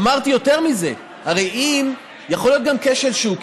אמרתי יותר מזה: הרי יכול להיות גם כשל שוק,